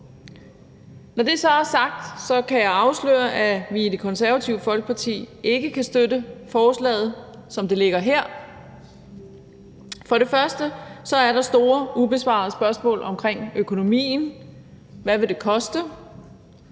Når det så er sagt, kan jeg afsløre, at vi i Det Konservative Folkeparti ikke kan støtte forslaget, som det ligger her. Der er bl.a. store ubesvarede spørgsmål omkring økonomien: Hvad vil det koste?